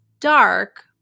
dark